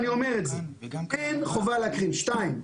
שנית,